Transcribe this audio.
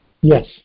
Yes